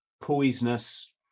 poisonous